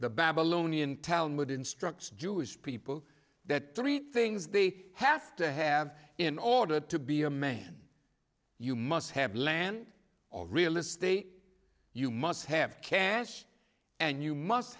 the babylonian talmud instructs jewish people that three things they have to have in order to be a man you must have land or real estate you must have kansas and you must